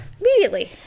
immediately